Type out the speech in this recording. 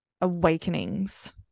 awakenings